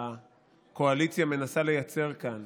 שהקואליציה מנסה לייצר כאן